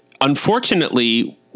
unfortunately